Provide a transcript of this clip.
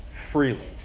freely